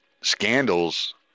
scandals